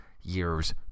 years